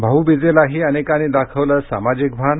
भाऊबिजेलाही अनेकांनी दाखवलं सामाजिक भान